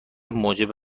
موجب